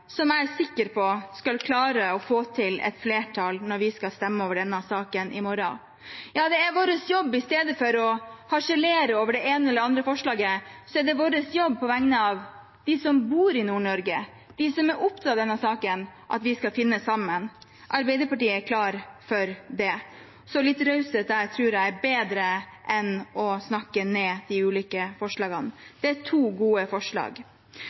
når vi skal stemme over denne saken i morgen. Det er vår jobb. I stedet for å harselere over det ene eller andre forslaget, er det vår jobb på vegne av dem som bor i Nord-Norge, dem som er opptatt av denne saken, å finne sammen. Arbeiderpartiet er klar for det, så litt raushet der tror jeg er bedre enn å snakke ned de ulike forslagene. Det er to gode forslag.